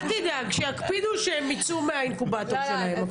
אל תדאג, שיקפידו כשהם יצאו מהאינקובטור שלהם.